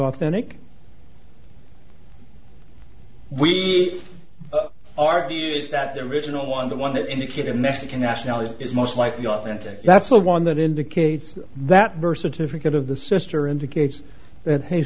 authentic we are views that the original one the one that indicated mexican nationality is most likely authentic that's the one that indicates that birth certificate of the sister indicates that he